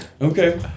Okay